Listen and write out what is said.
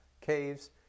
caves